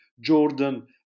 Jordan